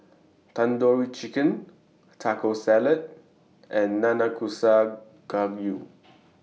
Tandoori Chicken Taco Salad and Nanakusa Gayu